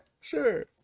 sure